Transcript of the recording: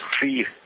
three